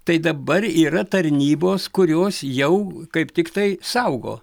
tai dabar yra tarnybos kurios jau kaip tik tai saugo